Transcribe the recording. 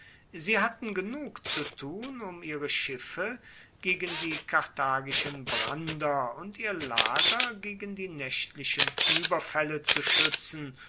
sie hatten genug zu tun um ihre schiffe gegen die karthagischen brander und ihr lager gegen die nächtlichen überfälle zu schützen